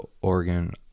Oregon